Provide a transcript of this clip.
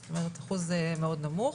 זאת אומרת אחוז מאוד נמוך.